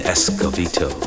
Escovito